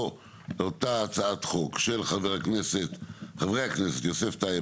ואותה הצעת חוק של חברי הכנסת יוסף טייב,